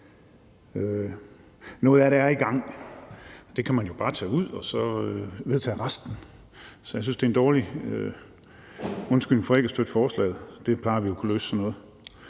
Noget af det er i gang. Det kan man jo bare tage ud og så vedtage resten. Så jeg synes, at det er en dårlig undskyldning for ikke at støtte forslaget. Sådan noget plejer vi jo at kunne løse. Jeg